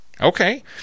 Okay